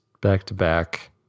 back-to-back